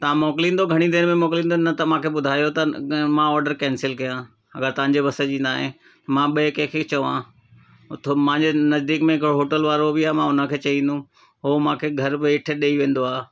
तव्हां मोकिलींदो घणी देरि में मोकिलींदो न त मूंखे ॿुधायो त मां ऑडर कैंसिल कयां अगरि तव्हांजे बस जी न आहे मां ॿिए कंहिंखे चवां मुंहिंजे नज़दीक में हिकिड़ो होटल वारो बि आहे मां उन खे चवंदुमि हू मूंखे घरु वेठे ॾेई वेंदो आहे